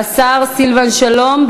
השר סילבן שלום,